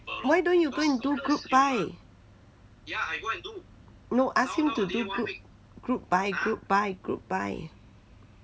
why don't you go and do group buy no ask him to do group group buy group buy group buy